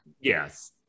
yes